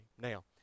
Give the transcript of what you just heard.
Now